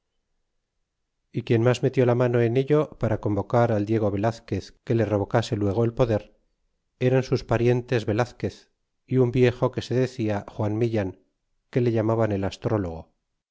e quien mas metió la mano en ello para convocar al diego velazquez que le revoca se luego el poder eran sus parientes velazquez y un viejo que se decia juan millan que le llamaban el astrólogo